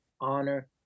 honor